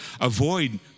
avoid